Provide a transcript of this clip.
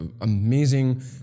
Amazing